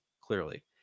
clearly